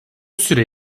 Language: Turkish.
süre